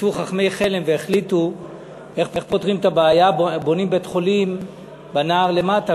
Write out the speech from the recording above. ישבו חכמי חלם והחליטו איך פותרים את הבעיה: בונים בית-חולים בנהר למטה,